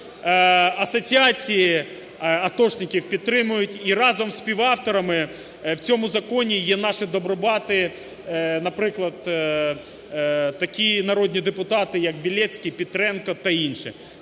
асоціації атошників підтримують. І разом з співавторами в цьому законі є наші добробати, наприклад, такі народні депутати, як Білецький, Петренко та інші.